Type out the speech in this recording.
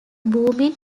booming